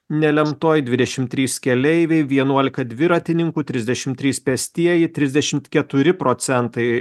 nelemtoj dvidešimt trys keleiviai vienuolika dviratininkų trisdešimt trys pėstieji trisdešimt keturi procentai procentai